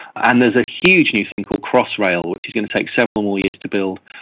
and there's a huge new thing called crossrail, which is going to take several more years to build,